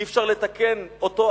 אי-אפשר לתקן אותו,